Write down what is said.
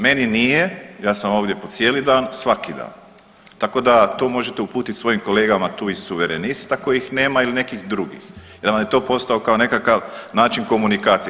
Meni nije, ja sam ovdje po cijeli dan, svaki dan tako da to možete uputiti svojim kolegama tu iz Suverenista kojih nema ili nekih drugih, jer vam je to postao kao nekakav način komunikacije.